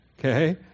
Okay